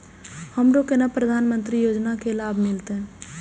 हमरो केना प्रधानमंत्री योजना की लाभ मिलते?